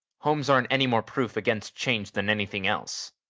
homes aren't any more proof against change than anything else.